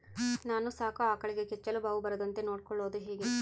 ನಾನು ಸಾಕೋ ಆಕಳಿಗೆ ಕೆಚ್ಚಲುಬಾವು ಬರದಂತೆ ನೊಡ್ಕೊಳೋದು ಹೇಗೆ?